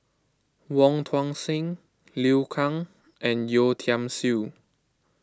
Wong Tuang Seng Liu Kang and Yeo Tiam Siew